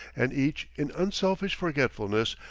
and each, in unselfish forgetfulness,